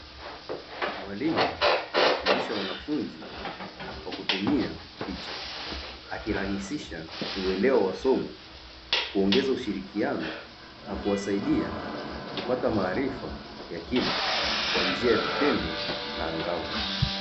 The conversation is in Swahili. Mwalimu anafundisha wanafunzi kwa kutumia picha, akirahisisha uelewa wa somo kuongeza ushirikiano na kuwasaidia kupata maarifa ya kina, kwa njia ya vitendo na angavu.